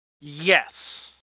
Yes